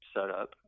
setup